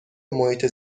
محیط